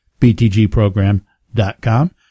btgprogram.com